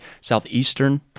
Southeastern